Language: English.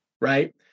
right